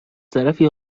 طرفی